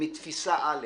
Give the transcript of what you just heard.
מתפיסה אל"ף,